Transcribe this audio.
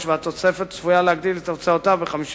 והתוספת צפויה להגדיל את הוצאותיו ב-55